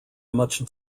much